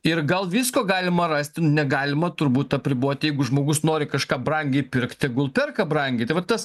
ir gal visko galima rasti negalima turbūt apribot jeigu žmogus nori kažką brangiai pirkt tegul perka brangiai tai vat tas